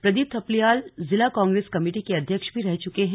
प्रदीप थपलियाल जिला कांग्रेस कमेटी के अध्यक्ष भी रह चुके हैं